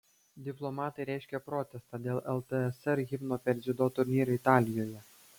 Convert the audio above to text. diplomatai reiškia protestą dėl ltsr himno per dziudo turnyrą italijoje